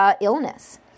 illness